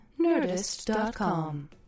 Nerdist.com